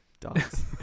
dogs